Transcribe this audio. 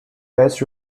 best